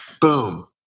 boom